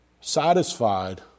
satisfied